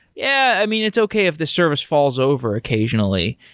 yeah. i mean, it's okay if this service falls over occasionally,